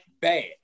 bad